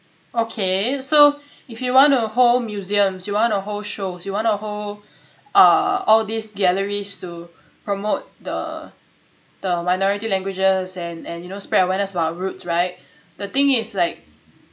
okay so if you want to hold museums you want to hold shows you want to hold uh all these galleries to promote the the minority languages and and you know spread awareness about roots right the thing is like